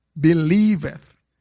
Believeth